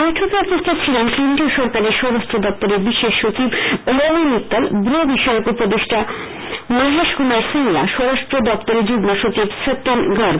বৈঠকে উপস্হিত ছিলেন কেন্দ্রীয় সরকারের স্বরাষ্ট্র দপ্তরের বিশেষ সচিব অনিমা মিত্তাল ব্রু বিষয়ক উপদেষ্টা মহেশ কুমার সিংলা স্বরাষ্ট্র দপ্তরের যুগ্ম সচিব সত্যেন্দ্র গর্গ